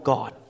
God